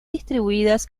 distribuidas